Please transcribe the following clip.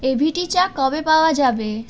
AVT চা কবে পাওয়া যাবে